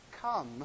Come